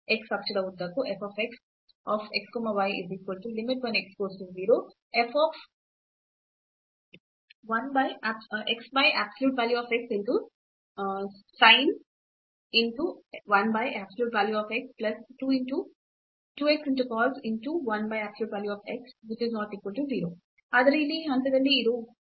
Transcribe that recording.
x ಅಕ್ಷದ ಉದ್ದಕ್ಕೂ ಆದರೆ ಇಲ್ಲಿ ಈ ಹಂತದಲ್ಲಿ ಇದು ಪ್ಲಸ್ 1 ನಂತೆ ಇದೆ